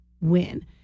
win